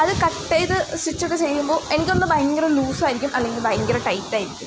അതു കട്ട് ചെയ്ത് സ്റ്റിച്ചൊക്കെ ചെയ്യുമ്പോൾ എനിക്കൊന്ന് ഭയങ്കര ലൂസായിരിക്കും അല്ലെങ്കിൽ ഭയങ്കര ടൈറ്റായിരിക്കും